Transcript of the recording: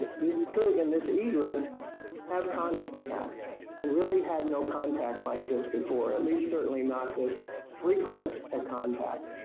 this pig and this egret have contact and really had no contact like this before. at least certainly not this frequent of contact.